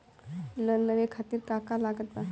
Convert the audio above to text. Loan लेवे खातिर का का लागत ब?